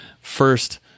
first